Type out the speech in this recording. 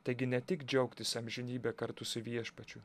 taigi ne tik džiaugtis amžinybę kartu su viešpačiu